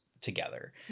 together